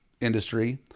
industry